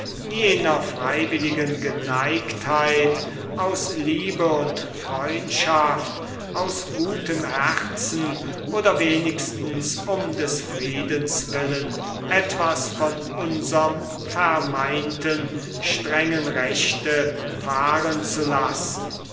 jener freiwilligen geneigtheit aus liebe und freundschaft aus gutem herzen oder wenigstens um des friedens willen etwas von unserm vermeinten strengen recht fahrenzulassen wie